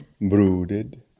brooded